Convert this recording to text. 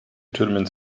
türmen